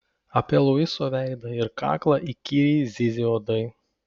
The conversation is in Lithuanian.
apie luiso veidą ir kaklą įkyriai zyzė uodai